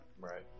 Right